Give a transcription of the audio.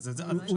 אבל אפשר